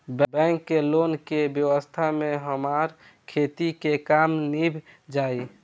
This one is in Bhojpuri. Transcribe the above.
बैंक के लोन के व्यवस्था से हमार खेती के काम नीभ जाई